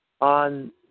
on